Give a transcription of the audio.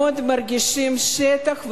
מאוד מרגישים את השטח,